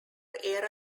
air